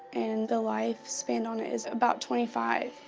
and the lifespan on it is about twenty five.